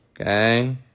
Okay